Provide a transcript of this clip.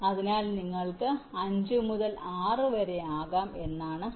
അതിനാൽ നിങ്ങൾക്ക് 5 മുതൽ 6 വരെ ആകാം എന്നാണ് അർത്ഥമാക്കുന്നത്